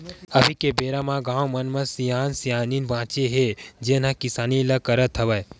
अभी के बेरा म गाँव मन म सियान सियनहिन बाचे हे जेन ह किसानी ल करत हवय